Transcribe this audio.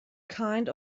kind